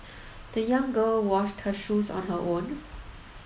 the young girl washed her shoes on her own